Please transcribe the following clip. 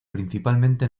principalmente